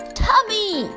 tummy